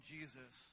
Jesus